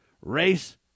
race